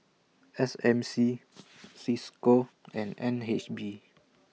S M C CISCO and N H B